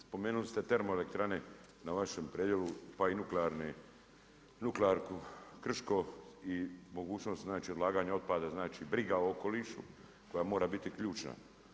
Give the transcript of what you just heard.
Spomenuli ste termoelektrane na vašem predjelu pa i nuklearku Krško i mogućnost, znači odlaganja otpada, znači briga o okolišu koja mora biti ključna.